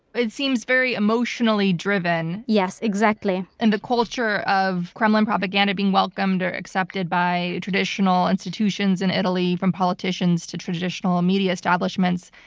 it seems very emotionally driven. yes, exactly. and the culture of kremlin propaganda being welcomed or accepted by traditional institutions in italy, from politicians to traditional media establishments,